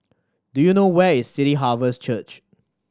do you know where is City Harvest Church